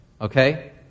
Okay